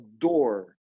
door